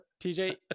TJ